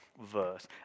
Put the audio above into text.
verse